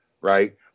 Right